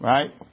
Right